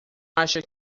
acha